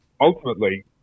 ultimately